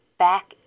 back